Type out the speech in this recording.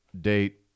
date